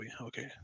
okay